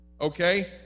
Okay